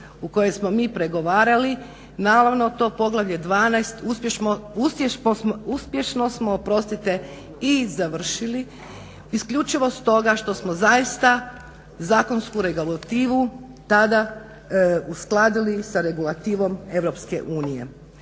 o kojem smo mi pregovarali naravno to poglavlje 12 uspješno smo i završili isključivo s toga što smo zaista zakonsku regulativu tada uskladili sa regulativom EU. Danas je